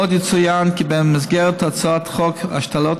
עוד יצוין כי במסגרת הצעת חוק השתלות